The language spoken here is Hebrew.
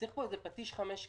צריך פה פטיש חמישה קילו.